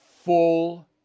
full